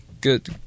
good